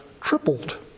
tripled